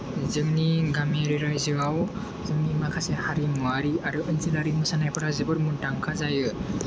जोंनि गामियारि रायजोआव जोंनि माखासे हारिमुयारि आरो ओनसोलारि मोसानायफोरा जोबोर मुंदांखा जायो